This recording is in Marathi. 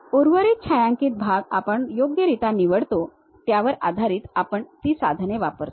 उर्वरित छायांकित भाग आपण योग्यरित्या निवडतो त्यावर आधारित आपण ती साधने वापरतो